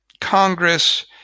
Congress